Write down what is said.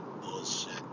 bullshit